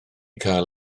cael